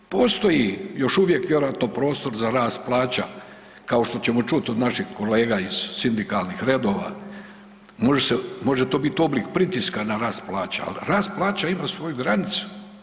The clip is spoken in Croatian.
Postoji još uvijek vjerojatno prostor za rast plaća, kao što ćemo čuti od naših kolega iz sindikalnih redova, može to biti oblik pritiska na rast plaća, ali rast plaća ima svoju granicu.